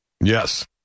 Yes